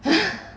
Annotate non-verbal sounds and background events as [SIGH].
[LAUGHS]